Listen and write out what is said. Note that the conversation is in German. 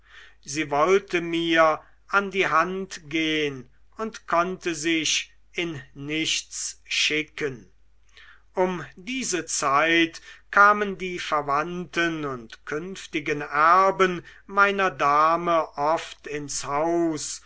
sie wollte mir an die hand gehen und konnte sich in nichts schicken um diese zeit kamen die verwandten und künftigen erben meiner dame oft ins haus